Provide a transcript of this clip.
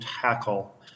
tackle